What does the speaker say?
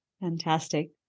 Fantastic